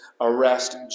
arrest